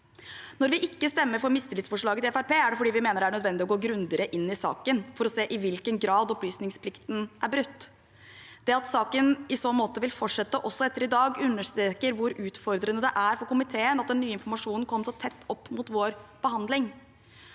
Når vi ikke stemmer for mistillitsforslaget fra Fremskrittspartiet, er det fordi vi mener det er nødvendig å gå grundigere inn i saken for å se i hvilken grad opplysningsplikten er brutt. Det at saken i så måte vil fortsette også etter i dag, understreker hvor utfordrende det er for komiteen at den nye informasjonen kom så tett opp mot vår behandling.